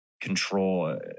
control